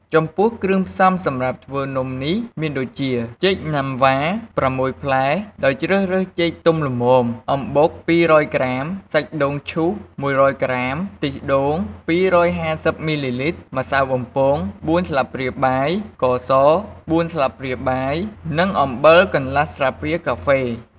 ចំពោះគ្រឿងផ្សំសម្រាប់ធ្វើនំនេះមានដូចជា ចេកណាំវ៉ា ៦ ផ្លែ ដោយជ្រើសរើសចេកទុំល្មម,អំបុក ២០០ ក្រាម,សាច់ដូងឈូស ១០០ ក្រាម,ខ្ទិះដូង ២៥០ មីលីលីត្រ, ម្សៅបំពង ៤ ស្លាបព្រាបាយ, ស្ករស ៤ ស្លាបព្រាបាយ, និងអំបិលកន្លះស្លាបព្រាកាហ្វេ ។